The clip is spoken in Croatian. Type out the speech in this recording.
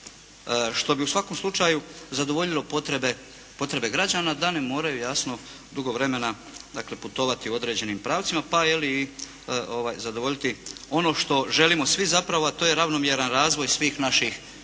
što bi u svakom slučaju zadovoljilo potrebe građana da ne moraju jasno dugo vremena putovati u određenim pravcima pa i zadovoljiti ono što želimo svi zapravo a to je ravnomjeran razvoj svih naših krajeva.